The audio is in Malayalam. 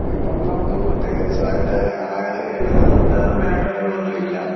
ഇപ്പം നമുക്ക് പ്രത്യേകിച്ചായിട്ട് ആ എഴുത്തിൻ്റെ മേഖലകളൊന്നും ഇല്ല